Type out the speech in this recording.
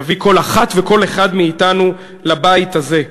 וכל אחד מאתנו לבית הזה.